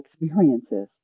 experiences